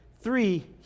three